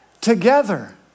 together